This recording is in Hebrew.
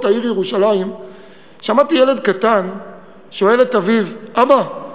העיר ירושלים שמעתי ילד קטן שואל את אביו: אבא,